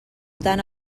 tant